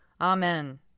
Amen